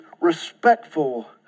respectful